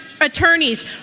attorneys